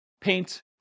paint